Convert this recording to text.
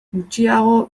gutxiago